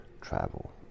travel